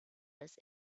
was